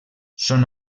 són